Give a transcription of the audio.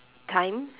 time